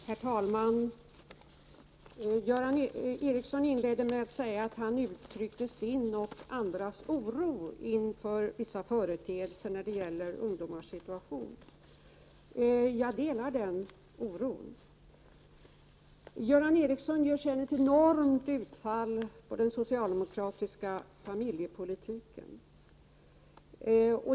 Herr talman! Göran Ericsson inledde sitt inlägg med att uttrycka sin och andras oro över vissa företeelser när det gäller ungdomars situation. Jag delar den oron. Göran Ericsson gör sedan ett enormt utfall mot den socialdemokratiska familjepolitiken.